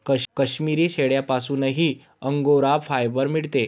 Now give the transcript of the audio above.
काश्मिरी शेळ्यांपासूनही angora fibre मिळते